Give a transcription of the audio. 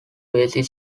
basic